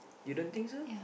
you don't think so